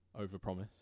overpromise